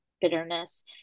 bitterness